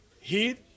heat